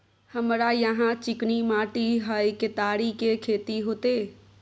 हमरा यहाँ चिकनी माटी हय केतारी के खेती होते?